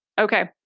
Okay